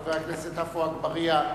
חבר הכנסת עפו אגבאריה,